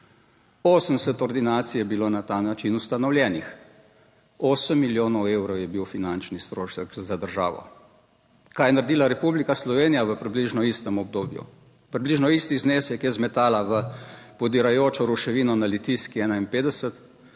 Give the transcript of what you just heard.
80 ordinacij je bilo na ta način ustanovljenih. 8 milijonov evrov je bil finančni strošek za državo. Kaj je naredila Republika Slovenija v približno istem obdobju? Približno isti znesek je zmetala v podirajočo ruševino na Litijski 51,